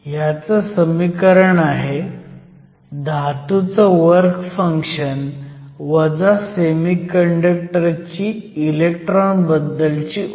ह्याचं समीकरण आहे धातूचं वर्क फंक्शन सेमीकंडक्टर ची इलेक्ट्रॉन बद्दलची ओढ